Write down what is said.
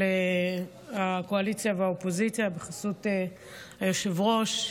הקואליציה והאופוזיציה בחסות היושב-ראש,